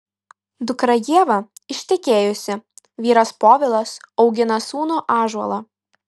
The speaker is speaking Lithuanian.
dukra ieva ištekėjusi vyras povilas augina sūnų ąžuolą